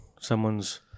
Someone's